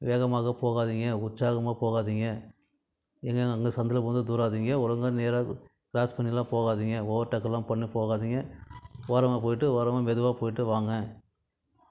வேகமாக போகாதீங்க உற்சாகமாக போகாதீங்க எங்கே அங்கே சந்தில் பூந்து தூராதீங்க ஒழுங்காக நேராக கிராஸ் பண்ணிலாம் போகாதீங்க ஓவர்டேக்கெல்லாம் பண்ணி போகாதீங்க ஓரமாக போயிட்டு ஓரமாக மெதுவாக போயிட்டு வாங்க